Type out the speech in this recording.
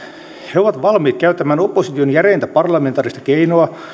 he ovat valmiit käyttämään opposition järeintä parlamentaarista keinoa